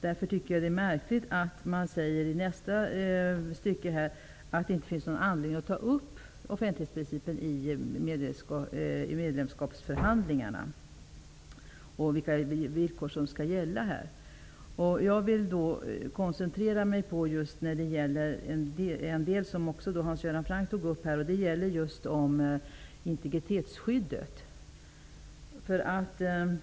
Därför tycker jag att det är märkligt att man i nästa stycke säger att det inte finns någon anledning att ta upp offentlighetsprincipen och vilka villkor som skall gälla i medlemskapsförhandlingarna. Jag vill koncentrera mig på den del som även Hans Göran Franck tog upp, nämligen integritetsskyddet.